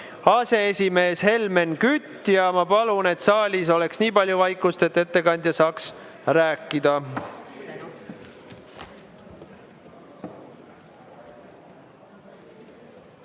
aseesimees Helmen Kütt. Ma palun, et saalis oleks niipalju vaikust, et ettekandja saaks rääkida.